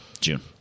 June